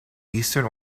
eastern